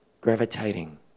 gravitating